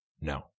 No